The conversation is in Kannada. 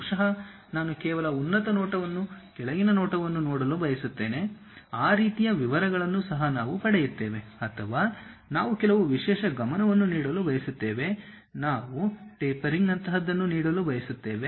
ಬಹುಶಃ ನಾನು ಕೇವಲ ಉನ್ನತ ನೋಟವನ್ನು ಕೆಳಗಿನ ನೋಟವನ್ನು ನೋಡಲು ಬಯಸುತ್ತೇನೆ ಆ ರೀತಿಯ ವಿವರಗಳನ್ನು ಸಹ ನಾವು ಪಡೆಯುತ್ತೇವೆ ಅಥವಾ ನಾವು ಕೆಲವು ವಿಶೇಷ ಗಮನವನ್ನು ನೀಡಲು ಬಯಸುತ್ತೇವೆ ನಾವು ಟೇಪರಿಂಗ್ ನಂತಹದನ್ನು ನೀಡಲು ಬಯಸುತ್ತೇವೆ